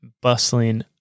bustling